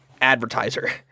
advertiser